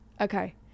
Okay